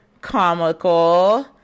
comical